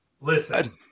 Listen